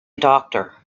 doctor